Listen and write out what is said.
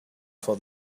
for